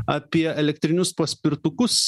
apie elektrinius paspirtukus